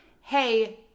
hey